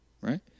right